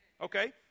Okay